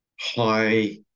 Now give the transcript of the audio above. high